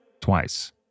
twice